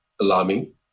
alarming